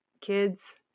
Kids